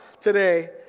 today